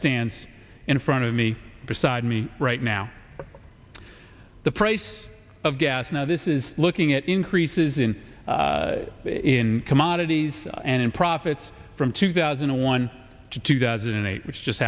stands in front of me beside me right now the price of gas now this is looking at increases in commodities and profits from two thousand and one to two thousand and eight which just